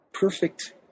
perfect